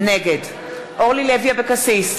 נגד אורלי לוי אבקסיס,